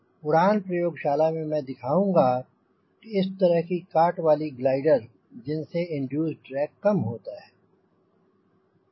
उड़ान प्रयोगशाला में मैं दिखाऊंँगा इस तरह की काट वाली ग्लाइडर जिनसे इंड्यूस्ड ड्रैग कम होता है